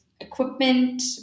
equipment